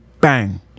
bang